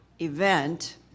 event